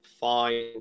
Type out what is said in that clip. fine